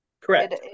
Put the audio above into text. Correct